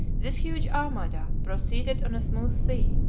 this huge armada proceeded on a smooth sea,